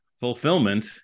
fulfillment